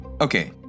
Okay